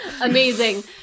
Amazing